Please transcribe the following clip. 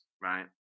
right